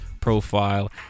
profile